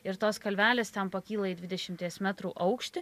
ir tos kalvelės ten pakyla į dvidešimties metrų aukštį